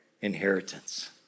inheritance